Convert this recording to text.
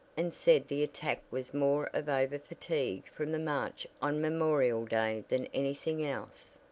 and said the attack was more of overfatigue from the march on memorial day than anything else.